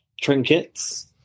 trinkets